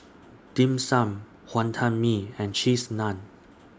Dim Sum Wonton Mee and Cheese Naan